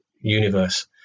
universe